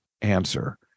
answer